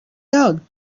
down